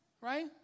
Right